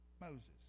Moses